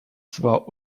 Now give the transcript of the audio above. zwar